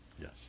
Yes